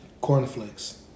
Cornflakes